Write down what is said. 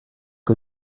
que